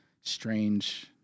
strange